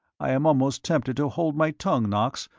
i am almost tempted to hold my tongue, knox,